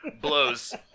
Blows